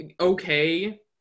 okay